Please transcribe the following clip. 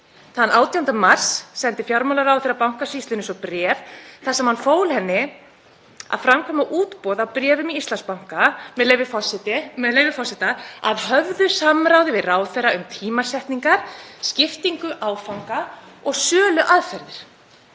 Þann 18. mars sendi fjármálaráðherra Bankasýslunni svo bréf þar sem hann fól henni að framkvæma útboð á bréfum í Íslandsbanka, með leyfi forseta, „að höfðu samráði við ráðherra um tímasetningar, skiptingu áfanga og söluaðferðir“.